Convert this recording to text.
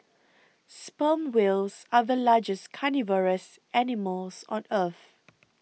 sperm whales are the largest carnivorous animals on earth